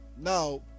Now